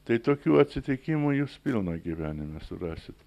tai tokių atsitikimų jus pilna gyvenime surasit